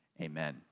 Amen